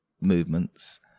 movements